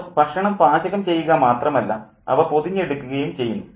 അവർ ഭക്ഷണം പാചകം ചെയ്യുക മാത്രമല്ല അവ പൊതിഞ്ഞെടുക്കുകയും ചെയ്യുന്നു